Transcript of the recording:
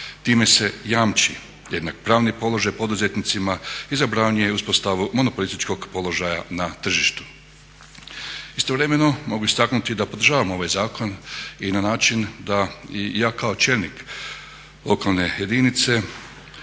Time se jamči jednak pravni položaj poduzetnicima i zabranjuje uspostavu monopolitičkog položaja na tržištu. Istovremeno mogu istaknuti da podržavam ovaj zakon i na način da i ja kao čelnik lokalne jedinice